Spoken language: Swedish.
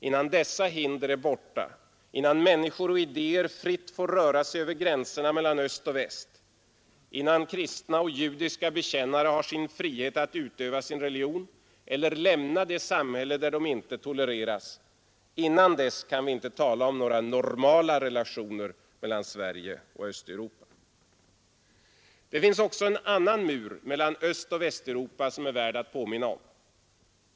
Innan dessa hinder är borta, innan människor och idéer fritt får röra sig över gränserna mellan öst och väst, innan kristna och judiska bekännare har sin frihet att utöva sin religion eller lämna det samhälle där de inte tolereras, innan dess kan vi inte tala om några ”normala” relationer mellan Sverige och Östeuropa. Det finns också en annan mur mellan Östoch Västeuropa som är värd att påminna om.